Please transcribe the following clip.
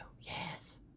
Yes